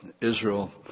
Israel